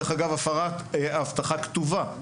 דרך אגב, הפרת הבטחה כתובה.